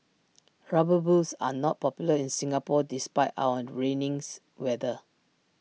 rubber boots are not popular in Singapore despite our rainy's weather